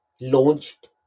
launched